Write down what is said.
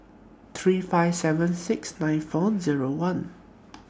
three five seven six nine four Zero one